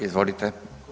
Izvolite.